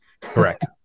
Correct